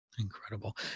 Incredible